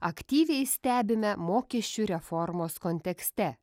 aktyviai stebime mokesčių reformos kontekste